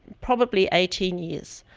probably eighteen years.